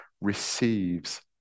receives